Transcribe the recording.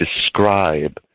describe